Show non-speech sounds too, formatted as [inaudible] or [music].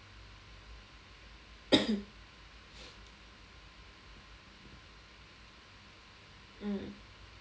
[coughs] mm